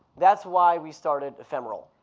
that's why we started ephemeral.